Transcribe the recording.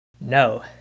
No